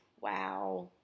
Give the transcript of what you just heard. Wow